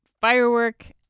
Firework